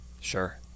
Sure